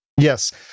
Yes